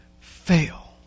fail